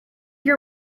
your